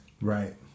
Right